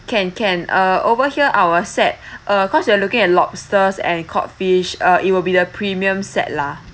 can can uh over here our set uh cause you're looking at lobsters and cod fish uh it will be the premium set lah